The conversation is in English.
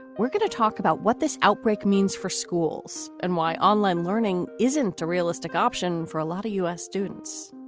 we're going to talk about what this outbreak means for schools and why online learning isn't a realistic option for a lot of u s. students.